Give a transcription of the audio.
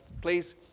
Please